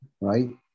right